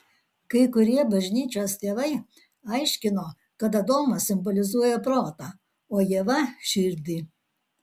kai kurie bažnyčios tėvai aiškino kad adomas simbolizuoja protą o ieva širdį